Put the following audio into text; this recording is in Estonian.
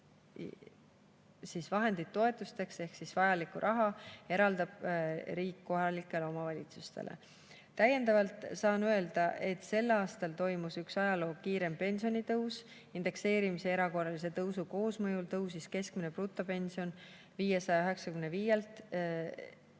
et vahendid toetusteks ehk vajaliku raha eraldab kohalikele omavalitsustele riik. Täiendavalt saan öelda, et sel aastal toimus üks ajaloo kiireimaid pensionitõuse. Indekseerimise ja erakorralise tõusu koosmõjul tõusis keskmine brutopension 595-lt